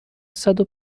صدو